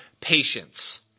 patience